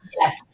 Yes